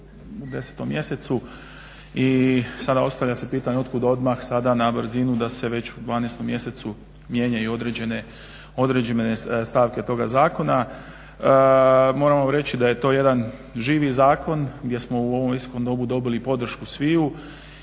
u 10 mjesecu i sada ostavlja se pitanje od kud odmah sada na brzinu da se već u 12 mjesecu mijenjaju određene stavke toga zakona. Moram vam reći da je to jedan živi zakon gdje smo u ovom visokom domu dobili podršku sviju